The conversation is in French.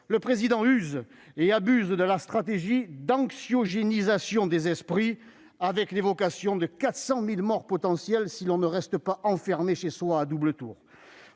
le Président use et abuse de la stratégie d'« anxiogénisation » des esprits avec l'évocation de 400 000 morts potentiels si l'on ne reste pas enfermé à double tour